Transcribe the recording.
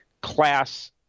class –